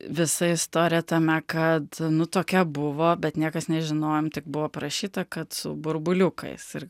visa istorija tame kad nu tokia buvo bet niekas nežinojom tik buvo aprašyta kad su burbuliukais ir